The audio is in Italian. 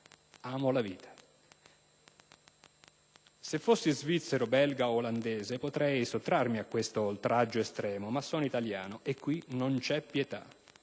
amo la vita... Se fossi svizzero, belga o olandese potrei sottrarmi a questo oltraggio estremo ma sono italiano e qui non c'è pietà.